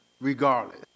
regardless